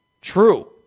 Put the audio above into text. True